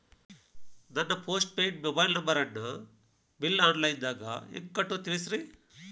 ನನ್ನ post paid mobile ನಂಬರನ್ನು bill online ದಾಗ ಹೆಂಗ್ ಕಟ್ಟೋದು ತಿಳಿಸ್ರಿ